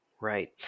Right